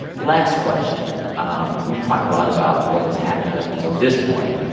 last question um we've talked a lot about what has happened up until this point.